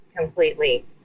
completely